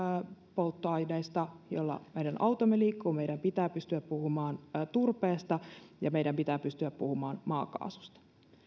polttoaineista joilla meidän automme liikkuvat meidän pitää pystyä puhumaan turpeesta ja meidän pitää pystyä puhumaan maakaasusta